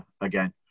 again